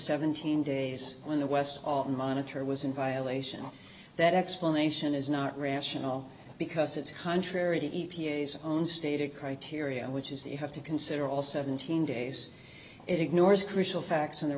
seventeen days when the west of monitor was in violation that explanation is not rational because it's contrary to e p a s own stated criteria which is that you have to consider all seventeen days it ignores crucial facts in the